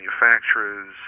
manufacturers